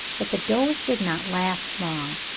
but the doze did not last long,